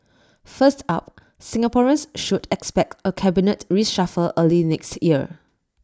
first up Singaporeans should expect A cabinet reshuffle early next year